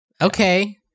Okay